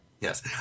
Yes